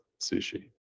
sushi